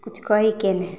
से किछु कहैके नहि